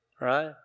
right